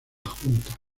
junta